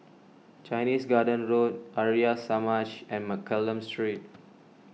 Chinese Garden Road Arya Samaj and Mccallum Street